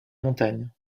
montagne